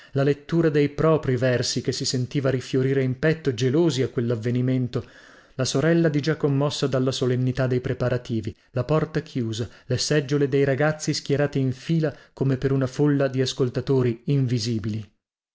la lettura dei propri versi che si sentiva rifiorire in petto gelosi a quellavvenimento la sorella digià commossa dalla solennità dei preparativi la porta chiusa le seggiole dei ragazzi schierate in fila come per una folla di ascoltatori invisibili